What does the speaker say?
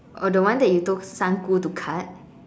oh the one that you told san gu to cut